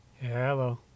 hello